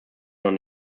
noch